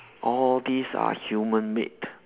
all these are human made